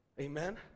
Amen